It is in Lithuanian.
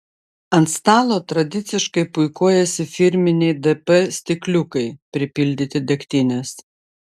ant stalo tradiciškai puikuojasi firminiai dp stikliukai pripildyti degtinės